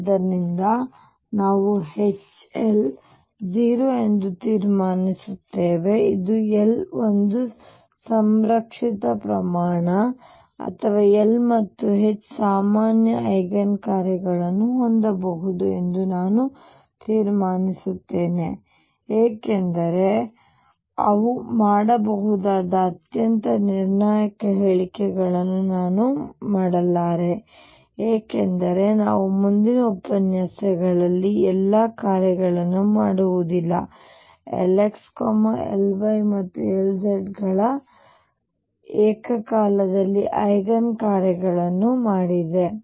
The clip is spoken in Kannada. ಆದ್ದರಿಂದ ನಾವು HL 0 ಎಂದು ತೀರ್ಮಾನಿಸುತ್ತೇವೆ ಇದು L ಒಂದು ಸಂರಕ್ಷಿತ ಪ್ರಮಾಣ ಅಥವಾ L ಮತ್ತು H ಸಾಮಾನ್ಯ ಐಗನ್ ಕಾರ್ಯಗಳನ್ನು ಹೊಂದಬಹುದು ಎಂದು ನಾನು ತೀರ್ಮಾನಿಸುತ್ತೇನೆ ಏಕೆಂದರೆ ಅವರು ಮಾಡಬಹುದಾದ ಅತ್ಯಂತ ನಿರ್ಣಾಯಕ ಹೇಳಿಕೆಗಳನ್ನು ನಾನು ಮಾಡಲಾರೆ ಏಕೆಂದರೆ ನಾವು ಮುಂದಿನ ಉಪನ್ಯಾಸದಲ್ಲಿ ಎಲ್ಲಾ ಕಾರ್ಯಗಳನ್ನು ಮಾಡಲಾಗುವುದಿಲ್ಲ Lx Ly ಮತ್ತು Lz ಗಳ ಏಕಕಾಲದಲ್ಲಿ ಐಗನ್ ಕಾರ್ಯಗಳನ್ನು ಮಾಡಿದೆ